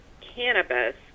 cannabis